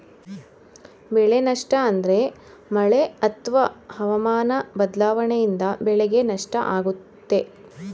ಬೆಳೆ ನಷ್ಟ ಅಂದ್ರೆ ಮಳೆ ಅತ್ವ ಹವಾಮನ ಬದ್ಲಾವಣೆಯಿಂದ ಬೆಳೆಗೆ ನಷ್ಟ ಆಗುತ್ತೆ